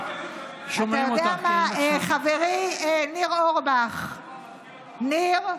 שומעים אותך, אתה יודע מה, חברי ניר אורבך, ניר,